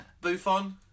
Buffon